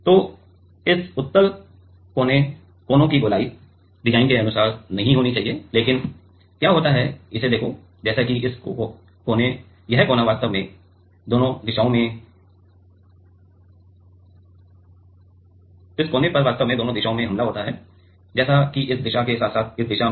तो इस उत्तल कोनों की गोलाई डिजाइन के अनुसार नहीं होनी चाहिए लेकिन क्या होता है इसे देखो जैसे कि इस कोना वास्तव पर दोनों दिशाओं से हमला होता है जैसे कि इस दिशा के साथ साथ इस दिशा में